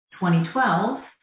2012